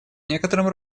некотором